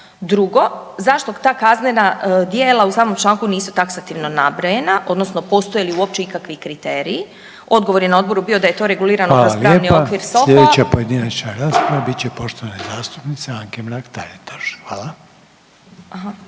drugo zašto ta kaznena djela u samom članku nisu taksativno nabrojena, odnosno postoje li uopće ikakvi kriteriji. Odgovor je na Odboru bio da je to regulirano kroz pravni okvir. **Reiner, Željko (HDZ)** Hvala lijepo, sljedeća pojedinačna rasprava biti će poštovane zastupnice Anke Mrak-Taritaš. Hvala.